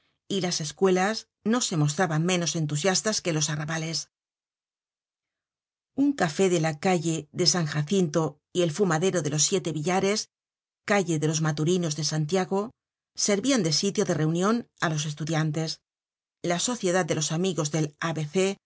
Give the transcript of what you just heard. y las escuelas no se mostraban menos entusiastas que los arrabales un café de la calle de san jacinto y el fumadero de los siete billares calle de los maturinos de santiago servian de sitio de reunion á los estudiantes la sociedad de los amigos del a